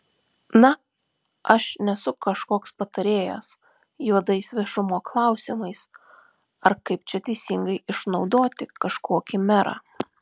na aš nesu kažkoks patarėjas juodais viešumo klausimais ar kaip čia teisingai išnaudoti kažkokį merą